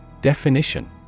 Definition